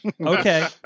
Okay